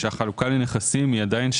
החלוקה לנכסים היא כזו: עדיין,